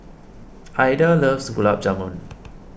Ilda loves Gulab Jamun